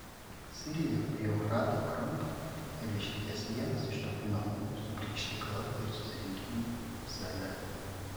sirijoje prie eufrato kranto yra išlikęs vienas iš tokių namų su krikštykla ir susirinkimų sale